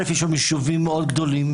יש שם יישובים מאוד גדולים,